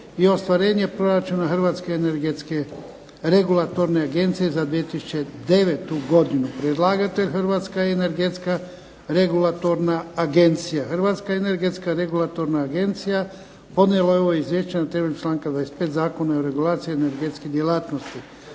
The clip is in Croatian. Hrvatska energetska regulatorna agencija podnijela je ovo Izvješće na temelju članka 25. Zakona o regulaciji energetske djelatnosti.